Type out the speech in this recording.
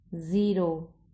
zero